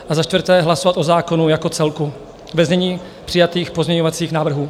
A za čtvrté hlasovat o zákonu jako celku ve znění přijatých pozměňovacích návrhů.